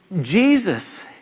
Jesus